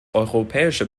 europäische